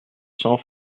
cents